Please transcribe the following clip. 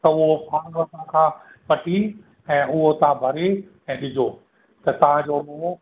त उहो फॉर्म सां वठी ऐं उहो तव्हां भरे ऐं ॾिजो त तव्हांजो उहो